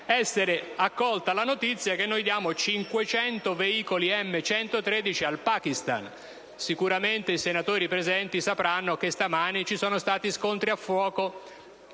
essere accolta la notizia che il nostro Paese darà 500 veicoli M113 al Pakistan. Sicuramente i senatori presenti sapranno che stamani ci sono stati scontri a fuoco